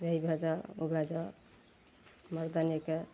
एहि घर जा ओ घर जा मर्दनेके